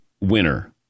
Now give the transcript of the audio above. winner